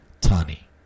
Tani